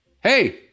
Hey